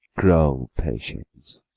grow patience!